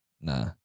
Nah